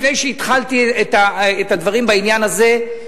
לפני שהתחלתי את הדברים בעניין הזה,